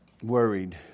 Worried